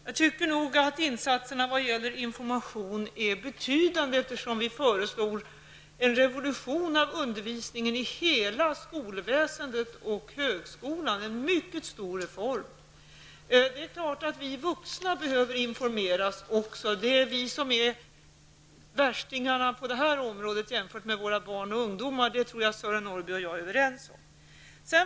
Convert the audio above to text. Jag tycker nog att insatserna vad gäller information är betydande. Vi föreslår en revolution av undervisningen i hela skolväsendet och högskolan, vilket är en mycket stor reform. Det är klart att vi vuxna också behöver informeras. Det är vi som är värstingarna på det här området jämfört med våra barn och ungdomar, och det tror jag att Sören Norrby och jag är överens om.